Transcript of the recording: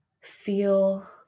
feel